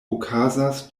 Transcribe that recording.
okazas